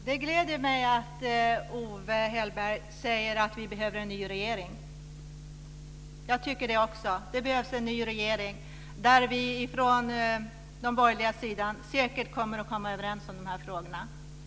Fru talman! Det gläder mig att Owe Hellberg säger att vi behöver en ny regering. Det tycker jag också. Det behövs en ny regering, där vi från de borgerligas sida säkert kommer överens om de här frågorna.